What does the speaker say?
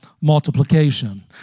multiplication